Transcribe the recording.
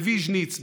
בוויזניץ',